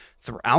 throughout